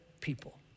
people